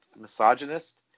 misogynist